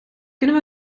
kunnen